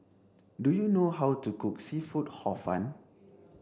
Do you know how to cook seafood hor fun